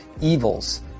evils